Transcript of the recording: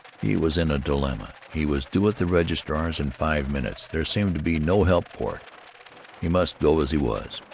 he was in a dilemma. he was due at the registrar's in five minutes. there seemed to be no help for it he must go as he was.